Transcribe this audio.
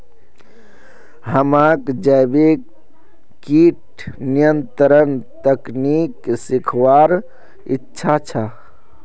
हमाक जैविक कीट नियंत्रण तकनीक सीखवार इच्छा छ